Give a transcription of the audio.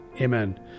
Amen